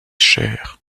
cher